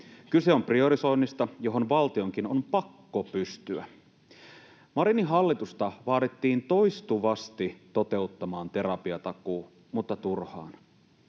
Kyse on priorisoinnista, johon valtionkin on pakko pystyä. Marinin hallitusta vaadittiin toistuvasti toteuttamaan terapiatakuu, mutta turhaan.